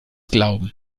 glauben